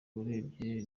urebye